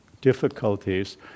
difficulties